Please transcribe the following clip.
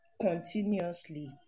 continuously